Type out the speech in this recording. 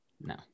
No